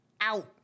out